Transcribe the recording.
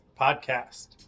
podcast